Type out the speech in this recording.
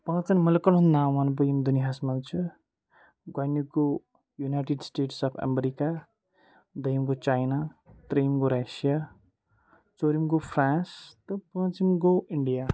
پانٛژَن مُلکَن ہُنٛد ناو وَنہٕ بہٕ یِم دُنیاہَس منٛز چھِ گۄڈٕنیُک گوٚو یُنایٹِڈ سٕٹیٹٕس آف اٮ۪مریٖکہ دٔیِم گوٚو چاینا ترٛیٚیِم گوٚو ریشیا ژوٗرِم گوٚو فرٛینٛس تہٕ پٲنٛژِم گوٚو اِنٛڈیا